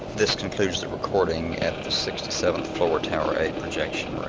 this concludes the recording at the sixty seventh floor tower a projection